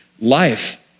life